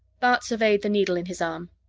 bart surveyed the needle in his arm.